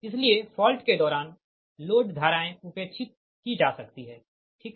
इसलिए फॉल्ट के दौरान लोड धाराएँ उपेक्षित की जा सकती है ठीक